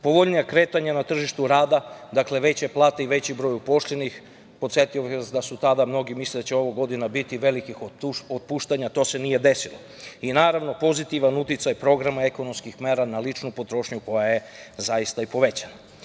BDP-a. Povoljnija kretanja na tržištu rada, dakle veće plate i veći broj uposlenih podsetio bih vas da su tada mnogi mislili da će ove godine biti velikih otpuštanja to se nije desilo i naravno pozitivan uticaj programa ekonomskih mera na ličnu potrošnju koja je zaista i povećana. Što